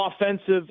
offensive